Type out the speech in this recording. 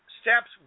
steps